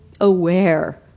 aware